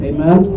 Amen